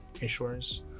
insurance